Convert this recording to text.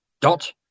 Dot